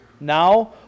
Now